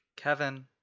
Kevin